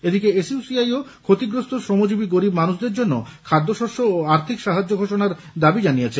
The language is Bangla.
এদিকে এসইউসিআই ও ক্ষতিগ্রস্ত শ্রমজীবী গরিব মানুষদের জন্য খাদ্যশস্য ও আর্থিক সাহায্য ঘোষণার দাবি জানিয়েছে